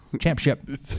championship